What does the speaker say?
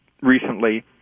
recently